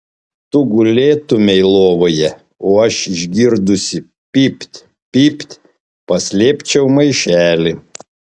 tu gulėtumei lovoje o aš išgirdusi pypt pypt paslėpčiau maišelį